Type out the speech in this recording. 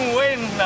win